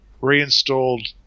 reinstalled